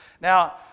Now